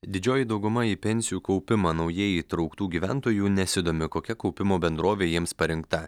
didžioji dauguma į pensijų kaupimą naujai įtrauktų gyventojų nesidomi kokia kaupimo bendrovė jiems parinkta